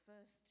first